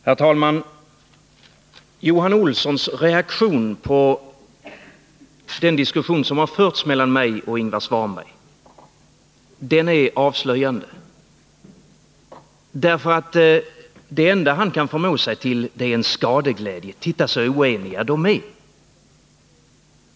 Herr talman! Johan Olssons reaktion på den diskussion som förts mellan mig och Ingvar Svanberg är avslöjande. Det enda han kan förmå sig till är skadeglädje: Titta så oeniga de är!